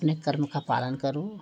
अपने कर्म का पालन करो